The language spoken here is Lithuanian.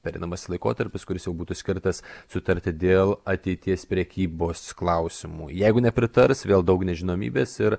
pereinamas laikotarpis kuris jau būtų skirtas sutarti dėl ateities prekybos klausimų jeigu nepritars vėl daug nežinomybės ir